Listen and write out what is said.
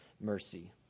Mercy